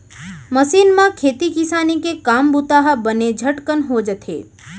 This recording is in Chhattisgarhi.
मसीन म खेती किसानी के काम बूता ह बने झटकन हो जाथे